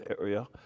area